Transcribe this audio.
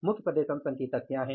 प्रमुख प्रदर्शन संकेतक क्या हैं